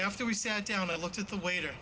after we sat down and looked at the waiter